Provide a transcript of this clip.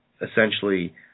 essentially